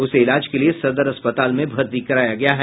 उसे इलाज के लिये सदर अस्पताल में भर्ती कराया गया है